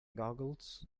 googles